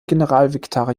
generalvikar